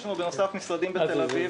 בנוסף יש לנו משרדים בתל אביב.